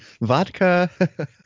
Vodka